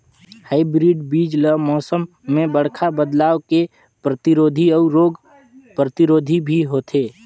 hybrid बीज ल मौसम में बड़खा बदलाव के प्रतिरोधी अऊ रोग प्रतिरोधी भी होथे